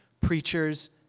preachers